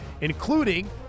including